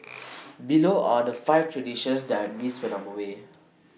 below are the five traditions that I miss when I'm away